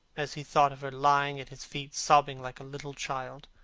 as he thought of her lying at his feet sobbing like a little child.